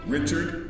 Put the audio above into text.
Richard